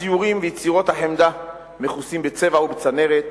הציורים ויצירות החמדה מכוסים בצבע ובצנרת,